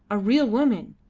a real woman!